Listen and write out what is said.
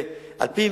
על-פי